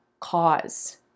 cause